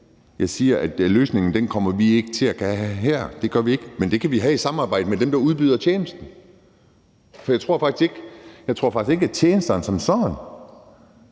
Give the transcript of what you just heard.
Jeg siger, at løsningen kommer vi ikke til at kunne have her, men den kan vi have i samarbejde med dem, der udbyder tjenesten. For jeg tror faktisk ikke, at tjenesterne som sådan